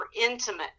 intimate